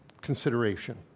consideration